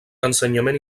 ensenyament